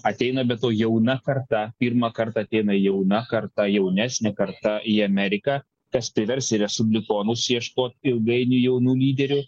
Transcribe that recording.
ateina be to jauna karta pirmą kartą ateina jauna karta jaunesnė karta į ameriką kas privers ir respublikonus ieškoti ilgainiui jaunų lyderių